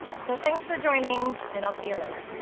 so thanks for joining, and i'll see you later.